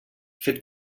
fet